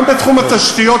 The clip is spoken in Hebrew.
גם בתחום התשתיות,